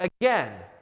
Again